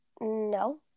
no